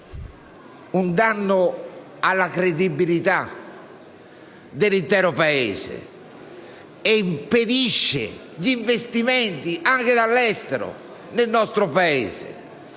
un danno alla credibilità dell'intero Paese e impedisce gli investimenti anche dall'estero. È questa